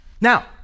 now